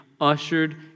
ushered